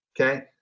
okay